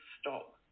stop